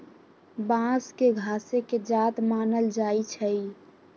बांस के घासे के जात मानल जाइ छइ